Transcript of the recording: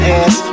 ass